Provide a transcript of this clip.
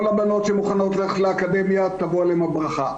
כל הבנות שמוכנות ללכת לאקדמיה תבוא עליהן הברכה,